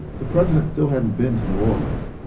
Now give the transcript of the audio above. the president still hadn't been to new orleans.